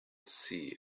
see